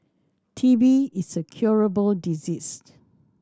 T B is a curable disease